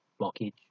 blockage